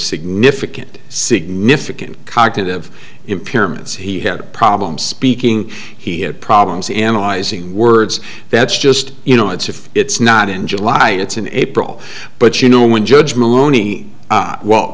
significant significant cognitive impairments he had a problem speaking he had problems in analyzing words that's just you know it's if it's not in july it's in april but you know when judge maloney well